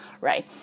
right